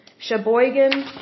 Sheboygan